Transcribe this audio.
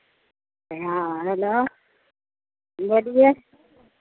हाँ हैलो बोलिए